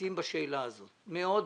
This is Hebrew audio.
מתחבטים בשאלה הזאת מאוד-מאוד.